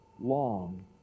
long